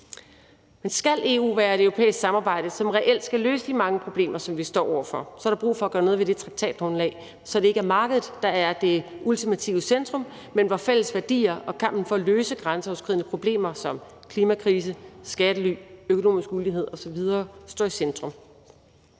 Men skal EU være et europæisk samarbejde, som reelt skal løse de mange problemer, som vi står over for, er der brug for at gøre noget ved traktatgrundlaget, så det ikke er markedet, der er det ultimative centrum, men så det er fælles værdier og kampen for at løse grænseoverskridende problemer som klimakrisen, skattely, økonomisk ulighed osv., der står i centrum.